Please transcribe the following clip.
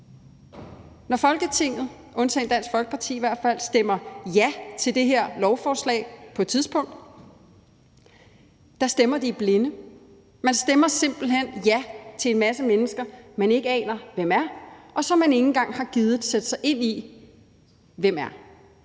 – i hvert fald undtagen Dansk Folkeparti – stemmer ja til det her lovforslag på et tidspunkt, stemmer man i blinde. Man stemmer simpelt hen ja til en masse mennesker, man ikke aner hvem er, og som man ikke engang har gidet sætte sig ind i hvem er.